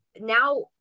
now